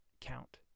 count